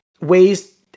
ways